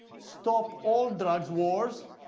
stop all drug wars,